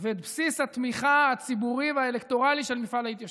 ואת בסיס התמיכה הציבורי והאלקטורלי של מפעל ההתיישבות.